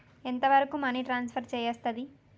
ఎంత వరకు money transfer చేయస్తది?